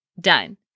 done